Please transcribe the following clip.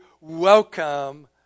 welcome